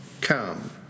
Come